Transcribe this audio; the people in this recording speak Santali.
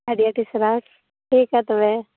ᱟᱹᱰᱤ ᱟᱹᱰᱤ ᱥᱟᱨᱦᱟᱣ ᱴᱷᱤᱠᱟ ᱛᱚᱵᱮ